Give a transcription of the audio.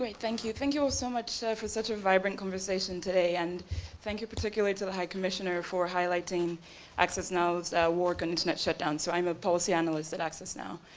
um thank you, thank you all so much so for such a vibrant conversation today. and thank you particularly, to the high commissioner for highlighting access now's work on internet shutdown. so, i'm a policy analyst at access now.